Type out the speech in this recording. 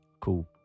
Cool